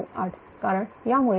00000898 कारण या मुळे